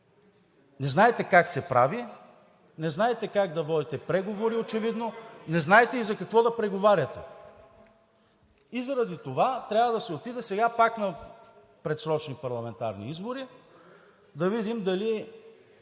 Не знаете как се прави, не знаете как да водите преговори очевидно, не знаете и за какво да преговаряте и заради това трябва да се отиде сега пак на предсрочни парламентарни избори да видим дали